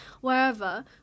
wherever